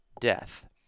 death